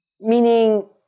meaning